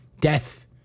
death